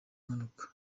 impanuka